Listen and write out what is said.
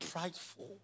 prideful